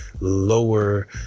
lower